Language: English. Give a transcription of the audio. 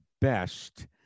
best